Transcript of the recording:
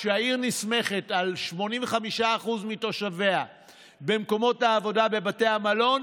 כשהעיר נסמכת על 85% מתושביה במקומות העבודה בבתי המלון,